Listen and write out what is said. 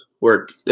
Work